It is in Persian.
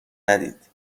ندید